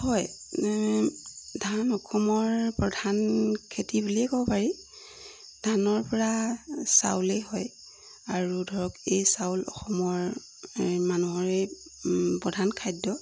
হয় ধান অসমৰ প্ৰধান খেতি বুলিয়ে ক'ব পাৰি ধানৰপৰা চাউলেই হয় আৰু ধৰক এই চাউল অসমৰ এই মানুহৰেই প্ৰধান খাদ্য